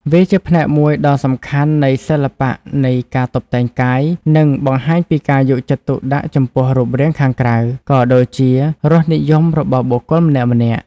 វាជាផ្នែកមួយដ៏សំខាន់នៃសិល្បៈនៃការតុបតែងកាយ និងបង្ហាញពីការយកចិត្តទុកដាក់ចំពោះរូបរាងខាងក្រៅ ក៏ដូចជារសនិយមរបស់បុគ្គលម្នាក់ៗ។